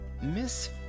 Miss